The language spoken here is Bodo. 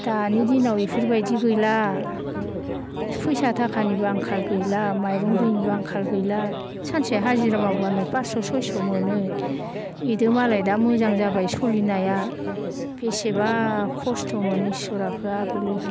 दानि दिनाव इफोरबायदि गैला फैसा थाखानिबो आंखाल गैला माइरं दैनिबो आंखाल गैला सानसे हाजिरा मावब्लानो फासस' सयस' मोनो इदोमालाय दा मोजां जाबाय सलिनाया बेसेबा खस्थ'मोन इसोराखो आगोलो